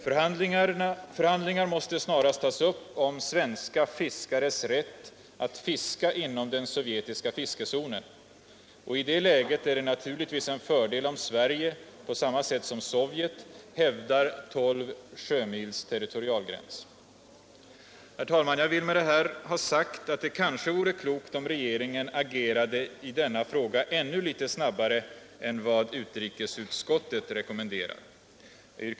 Förhandlingar måste snarast tas upp om svenska fiskares rätt att fiska inom den sovjetiska fiskezonen, och i det läget är det naturligtvis - Nr 48 en fördel om Sverige — på samma sätt som Sovjet — hävdar 12 sjömils territorialgräns. Herr talman! Jag vill med det här ha sagt att det kanske vore klokt I om regeringen agerade i denna fråga ännu litet snabbare än vad utri Om användningen kesutskottet har rekommenderat.